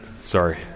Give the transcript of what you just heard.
sorry